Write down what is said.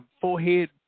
forehead